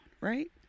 right